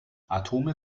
atome